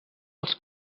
els